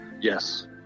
Yes